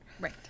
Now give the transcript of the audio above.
Right